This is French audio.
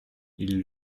ils